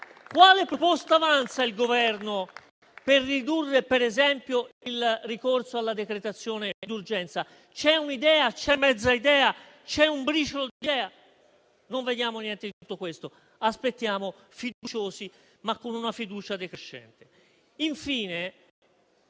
Quale proposta avanza il Governo per ridurre, per esempio, il ricorso alla decretazione d'urgenza? C'è un'idea? C'è un briciolo di idea? Noi non vediamo niente di tutto questo. Aspettiamo fiduciosi, ma con una fiducia decrescente.